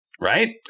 right